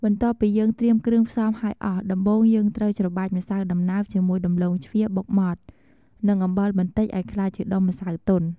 បន្ទាប់ពីយើងត្រៀមគ្រឿងផ្សំហើយអស់ ដំបូងយើងត្រូវ ច្របាច់ម្សៅដំណើបជាមួយដំឡូងជ្វាបុកម៉ដ្ឋ និងអំបិលបន្តិចឱ្យក្លាយជាដុំម្សៅទន់។